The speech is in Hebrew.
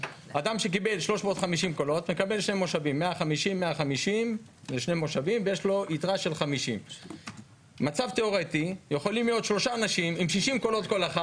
אדם שקיבל 350 קולות מקבל שני מושבים ויש לו יתרה של 50. במצב תיאורטי יכולים להיות שלושה אנשים עם 60 קולות לכל אחד